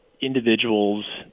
individuals